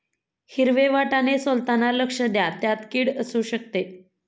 हिरवे वाटाणे सोलताना लक्ष द्या, त्यात किड असु शकते